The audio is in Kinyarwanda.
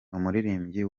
umuririmbyi